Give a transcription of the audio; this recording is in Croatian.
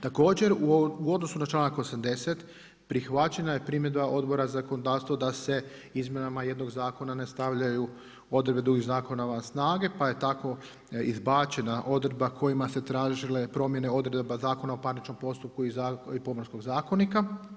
Također u odnosu na članak 80. prihvaćena je primjedba Odbora za zakonodavstvo da se izmjenama jednog zakona ne stavljaju odredbe drugih zakona van snage, pa je tako izbačena odredba kojima su se tražile promjene odredaba Zakona o parničnom postupku i Pomorskog zakonika.